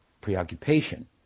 preoccupation